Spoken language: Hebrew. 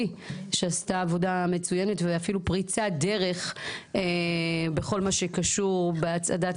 שעשתה עבודה מצוינת ואפילו פריצת דרך בכל מה שקשור בהצעדת